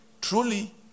truly